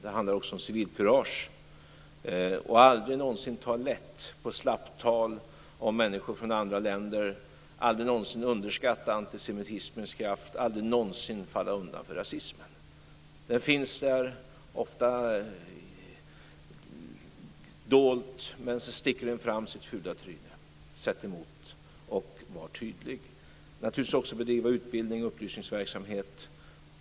Det handlar också om civilkurage, att aldrig ta lätt på slappt tal om människor från andra länder, att aldrig någonsin underskatta antisemitismens kraft och att aldrig någonsin falla undan för rasismen. Den finns där, ofta dold, men sedan sticker den fram sitt fula tryne. Sätt emot och var tydlig! Vi ska naturligtvis också bedriva utbildning och upplysningsverksamhet.